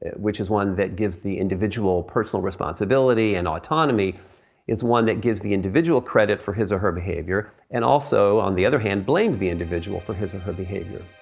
which is one that gives the individual personal responsibility and autonomy is one that gives the individual credit for his or her behavior and also, on the other hand, blames the individual for his or her behavior.